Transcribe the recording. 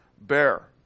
bear